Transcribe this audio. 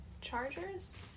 Chargers